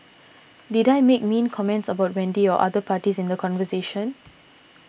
did I make mean comments about Wendy or other parties in the conversation